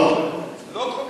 לא חוקקה.